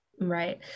Right